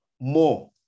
more